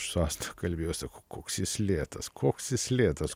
aš su asta kalbėjau sakau koks jis lėtas koks jis lėtas